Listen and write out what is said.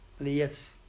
Yes